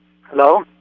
Hello